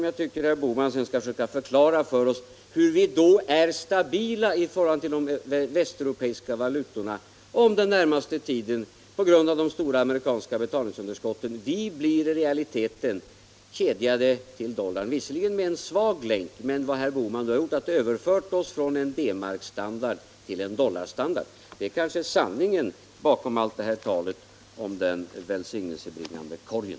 Jag tycker att herr Bohman skall försöka förklara för oss hur vår valuta den närmaste tiden, med tanke på de stora amerikanska betalningsunderskotten, kan vara stabil i förhållande till de västeuropeiska valutorna om vi i realiteten blir kedjade till dollarn — om än med en svag länk. Vad herr Bohman har gjort är att han fört över oss från en DM-standard till en dollarstandard. Det kanske är sanningen bakom allt talet om den välsignelsebringande korgen.